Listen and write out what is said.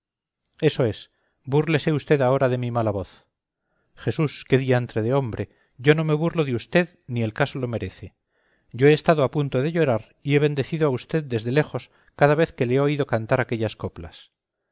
eso es búrlese usted ahora de mi mala voz jesús qué diantre de hombre yo no me burlo de usted ni el caso lo merece yo he estado a punto de llorar y he bendecido a usted desde lejos cada vez que le he oído cantar aquellas coplas